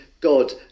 God